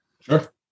Sure